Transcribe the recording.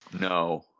No